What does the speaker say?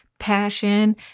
passion